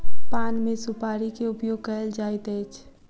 पान मे सुपाड़ी के उपयोग कयल जाइत अछि